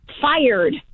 fired